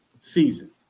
season